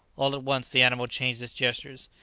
all at once the animal changed its gestures.